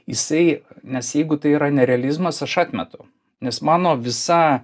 jisai nes jeigu tai yra ne realizmas aš atmetu nes mano visa